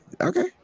okay